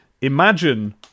imagine